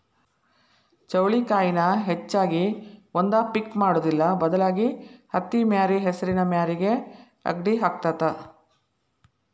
ಚೌಳಿಕಾಯಿನ ಹೆಚ್ಚಾಗಿ ಒಂದ ಪಿಕ್ ಮಾಡುದಿಲ್ಲಾ ಬದಲಾಗಿ ಹತ್ತಿಮ್ಯಾರಿ ಹೆಸರಿನ ಮ್ಯಾರಿಗೆ ಅಕ್ಡಿ ಹಾಕತಾತ